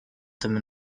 tym